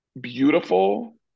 beautiful